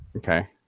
Okay